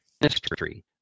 ministry